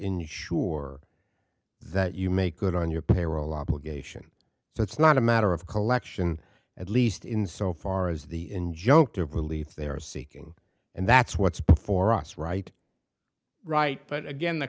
ensure that you make good on your payroll obligation so it's not a matter of collection at least in so far as the injunctive relief they are seeking and that's what's before us right right but again the